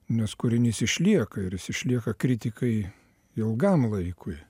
nes kūrinys išlieka ir jis išlieka kritikai ilgam laikui